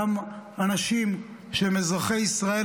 גם אנשים שהם אזרחי ישראל,